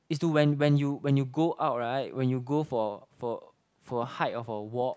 is to when when you when you go out right when you go for for for a hike or for a walk